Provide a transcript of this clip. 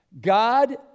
God